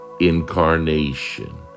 incarnation